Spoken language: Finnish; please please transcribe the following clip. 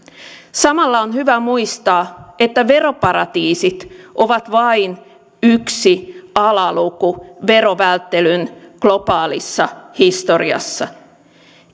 samalla on hyvä muistaa että veroparatiisit ovat vain yksi alaluku verovälttelyn globaalissa historiassa